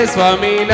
Swami